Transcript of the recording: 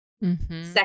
second